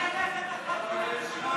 להעביר את הצעת חוק-יסוד: ישראל,